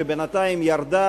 שבינתיים ירדה,